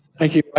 thank you. i